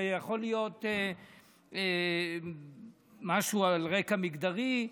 זה יכול להיות משהו על רקע מגדרי.